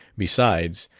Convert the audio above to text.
besides,